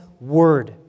word